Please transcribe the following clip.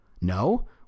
no